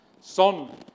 Son